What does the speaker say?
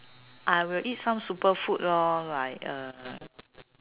I will eat some super food lor like uh